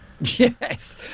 yes